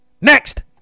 Next